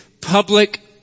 public